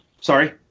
Sorry